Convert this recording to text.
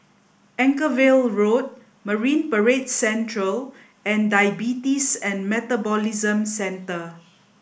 Anchorvale Road Marine Parade Central and Diabetes and Metabolism Centre